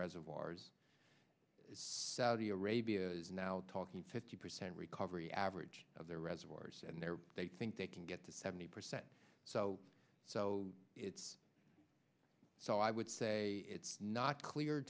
reservoirs saudi arabia is now talking fifty percent recovery average of their reservoirs and there they think they can get to seventy percent so so it's so i would say it's not clear